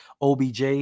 OBJ